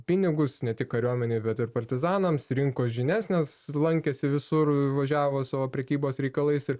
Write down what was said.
pinigus ne tik kariuomenei bet ir partizanams rinko žinias nes lankėsi visur važiavo savo prekybos reikalais ir